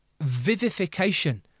vivification